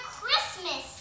Christmas